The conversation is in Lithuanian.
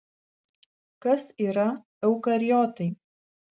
kas yra eukariotai